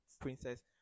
Princess